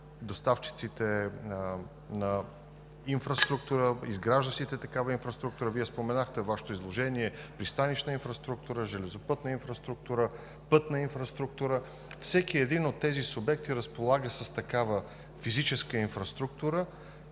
доставчиците на инфраструктура, изграждащите такава инфраструктура. Вие споменахте във Вашето изложение пристанищна инфраструктура, железопътна инфраструктура, пътна инфраструктура. Всеки един от тези субекти разполага с такава физическа инфраструктура